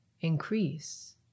increase